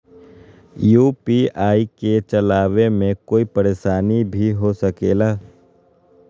UPI के चलावे मे कोई परेशानी भी हो सकेला?